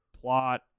plot